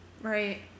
Right